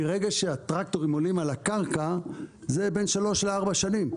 מרגע שהטרקטורים עולים על הקרקע זה בין שלוש לארבע שנים.